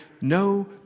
no